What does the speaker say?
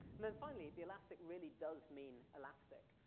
and then finally, the elastic really does mean elastic.